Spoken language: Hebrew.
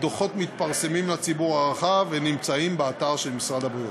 הדוחות מתפרסמים לציבור הרחב ונמצאים באתר משרד הבריאות.